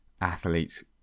athletes